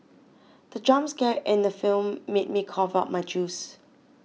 the jump scare in the film made me cough out my juice